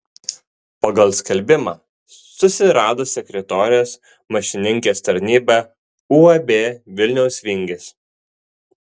pagal skelbimą susirado sekretorės mašininkės tarnybą uab vilniaus vingis